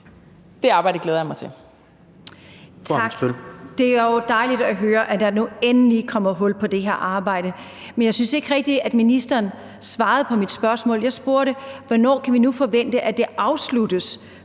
Det arbejde glæder jeg mig til.